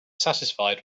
satisfied